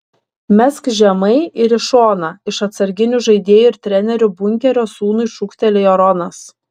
mesk žemai ir į šoną iš atsarginių žaidėjų ir trenerių bunkerio sūnui šūktelėjo ronas